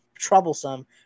troublesome